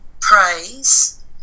praise